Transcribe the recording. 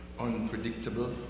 unpredictable